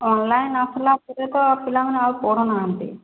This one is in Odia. ଅନ୍ଲାଇନ୍ ଆସିଲା ପରେ ତ ପିଲାମାନେ ଆଉ ପଢ଼ୁନାହାନ୍ତି